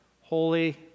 holy